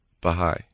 Baha'i